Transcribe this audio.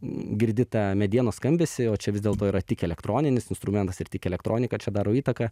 girdi tą medienos skambesį o čia vis dėlto yra tik elektroninis instrumentas ir tik elektronika čia daro įtaką